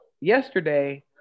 yesterday